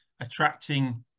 attracting